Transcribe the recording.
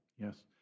Yes